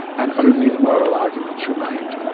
and only the moral arguments remained.